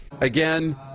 Again